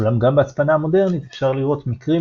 אולם גם בהצפנה המודרנית אפשר לראות מקרים